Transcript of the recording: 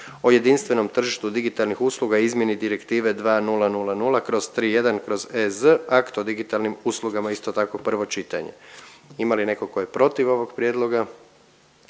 o jedinstvenom tržištu digitalnih usluga i izmjeni direktive 2000/31/EZ akt o digitalnim uslugama isto tako prvo čitanje. Ima li netko tko je protiv ovog prijedloga?